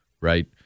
right